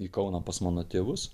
į kauną pas mano tėvus